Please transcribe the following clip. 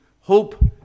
Hope